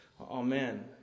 Amen